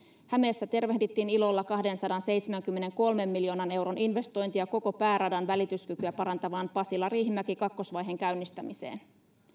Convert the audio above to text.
hämeessä tervehdittiin ilolla kahdensadanseitsemänkymmenenkolmen miljoonan euron investointia koko pääradan välityskykyä parantavan pasila riihimäki kakkosvaiheen käynnistämiseen